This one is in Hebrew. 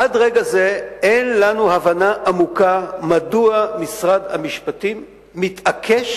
עד רגע זה אין לנו הבנה עמוקה מדוע משרד המשפטים מתעקש